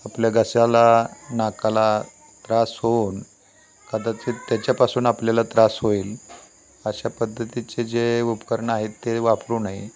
आपल्या घशाला नाकाला त्रास होऊन कदाचित त्याच्यापासून आपल्याला त्रास होईल अशा पद्धतीचे जे उपकरणं आहेत ते वापरू नये